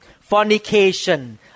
fornication